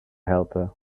helper